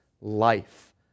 life